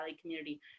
community